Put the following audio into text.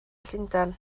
llundain